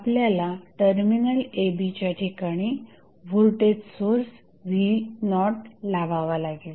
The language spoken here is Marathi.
आपल्याला टर्मिनल a b च्याठिकाणी व्होल्टेज सोर्स v0लावावा लागेल